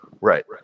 right